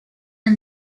and